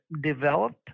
developed